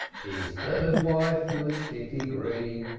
his third wife was kitty green,